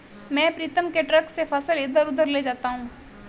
मैं प्रीतम के ट्रक से फसल इधर उधर ले जाता हूं